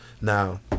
Now